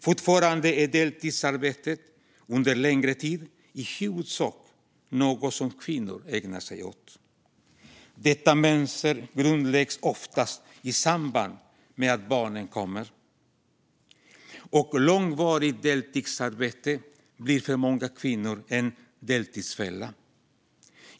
Fortfarande är deltidsarbete under längre tid i huvudsak något som kvinnor ägnar sig åt. Detta mönster grundläggs oftast i samband med att barnen kommer, och långvarigt deltidsarbete blir för många kvinnor en deltidsfälla.